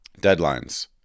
deadlines